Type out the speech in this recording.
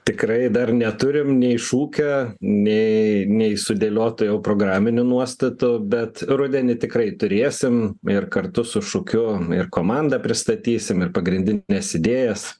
tikrai dar neturim nei šūkio nei nei sudėliotų jau programinių nuostatų bet rudenį tikrai turėsim ir kartu su šūkiu ir komandą pristatysim ir pagrindines idėjas